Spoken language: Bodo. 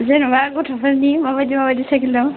जेनेबा गथ'फोरनि माबायदि माबायदि साइकेल दं